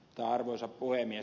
arvoisa puhemies